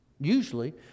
Usually